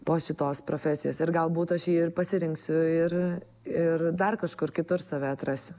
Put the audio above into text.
po šitos profesijos ir galbūt aš jį ir pasirinksiu ir ir dar kažkur kitur save atrasiu